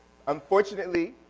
unfortunately,